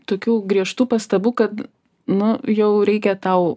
tokių griežtų pastabų kad nu jau reikia tau